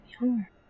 younger